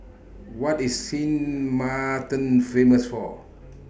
What IS Sint Maarten Famous For